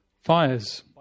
Fires